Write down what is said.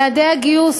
יעדי הגיוס,